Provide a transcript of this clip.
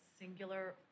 singular